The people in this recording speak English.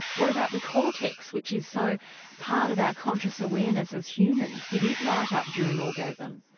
what about the cortex which is so part of our conscious awareness as humans, did it light up during orgasm?